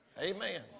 Amen